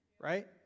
right